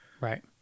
Right